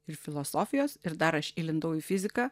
ir filosofijos ir dar aš įlindau į fiziką